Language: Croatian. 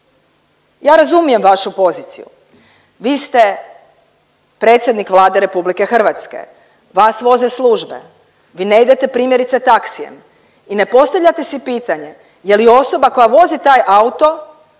Ja razumijem vašu poziciju, vi ste predsjednik Vlade RH, vas voze službe, vi ne idete primjerice taksijem i ne postavljate si pitanje je li osoba koja vozi taj auto